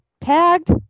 tagged